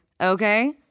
okay